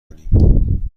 بکینم